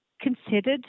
considered